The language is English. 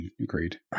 Agreed